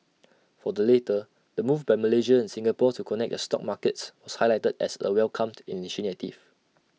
for the latter the move by Malaysia and Singapore to connect their stock markets was highlighted as A welcomed initiative